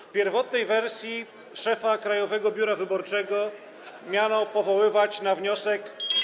W pierwotnej wersji szefa Krajowego Biura Wyborczego miano powoływać na wniosek